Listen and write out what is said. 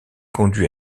conduit